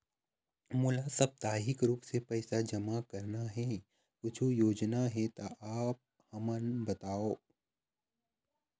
मोला साप्ताहिक रूप से पैसा जमा करना हे, कुछू योजना हे त आप हमन बताव?